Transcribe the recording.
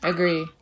Agree